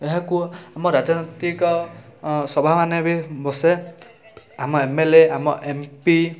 ଏହାକୁ ଆମ ରାଜନୀତିକ ସଭା ମାନେ ବି ବସେ ଆମ ଏମ ଏଲ ଏ ଆମ ଏମ ପି